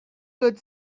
good